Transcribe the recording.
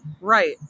right